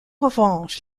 revanche